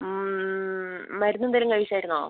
മരുന്നെന്തെങ്കിലും കഴിച്ചിരുന്നോ